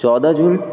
چودہ جون